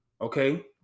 Okay